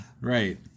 right